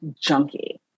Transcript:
junkie